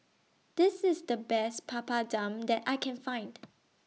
This IS The Best Papadum that I Can Find